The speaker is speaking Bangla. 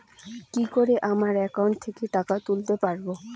কি করে আমার একাউন্ট থেকে টাকা তুলতে পারব?